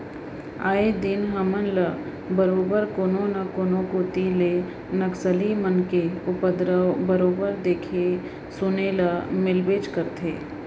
आए दिन हमन ल बरोबर कोनो न कोनो कोती ले नक्सली मन के उपदरव बरोबर देखे सुने ल मिलबेच करथे